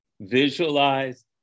visualize